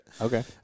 Okay